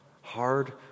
hard